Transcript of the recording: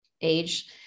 age